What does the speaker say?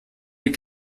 die